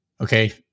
Okay